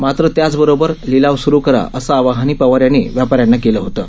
मात्र त्याचबरोबर लिलाव सुरू करा असं आवाहनही पवार यांनी व्यापाऱ्यांना केलं होतं